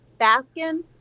Baskin